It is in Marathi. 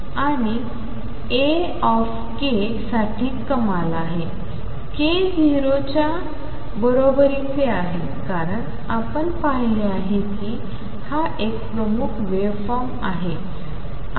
आणि A k साठी कमाल आहे k0 च्या बरोबरीचे आहे कारण आपण पाहिले की हा एक प्रमुख वेव्हफॉर्म आहे